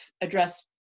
address